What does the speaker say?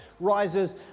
Rises